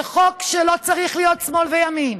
זה חוק שלא צריך להיות שמאל וימין.